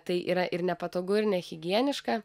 tai yra ir nepatogu ir nehigieniška